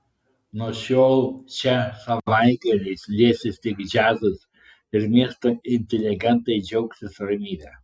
nuo šiol čia savaitgaliais liesis tik džiazas ir miesto inteligentai džiaugsis ramybe